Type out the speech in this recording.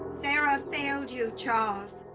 sarah failed you charles